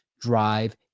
drive